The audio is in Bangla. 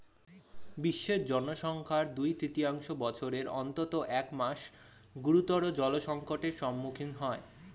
বিশ্বের জনসংখ্যার দুই তৃতীয়াংশ বছরের অন্তত এক মাস গুরুতর জলসংকটের সম্মুখীন হয়